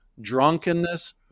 drunkenness